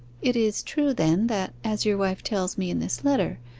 it is true then that, as your wife tells me in this letter,